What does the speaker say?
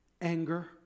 anger